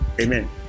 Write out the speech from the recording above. amen